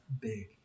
big